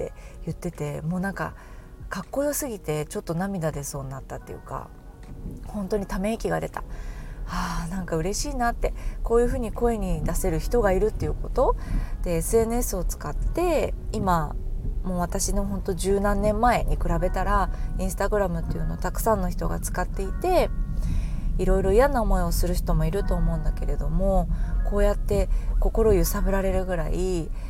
言ってて、もうなんかかっこよすぎてちょっと涙出そうになったっていうか、本当にため息が出た。はあ、なんか嬉しいなって、こういうふうに声に出せる人がいるっていうこと？で、SNSを使って、今、もう私のほんと十何年前に比べたら、インスタグラムっていうのをたくさんの人が使っていて、いろいろ嫌な思いをする人もいると思うんだけれども、こうやって心揺さぶられるぐらい